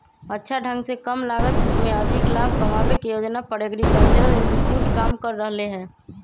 अच्छा ढंग से कम लागत में अधिक लाभ कमावे के योजना पर एग्रीकल्चरल इंस्टीट्यूट काम कर रहले है